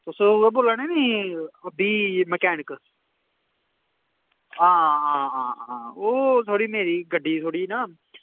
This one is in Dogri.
तुस उ'ऐ बोला ने नी अभी मकैनिक हां हां हां ओह् थोह्ड़ी मेरी थोह्ड़ी गड्डी मेरी ना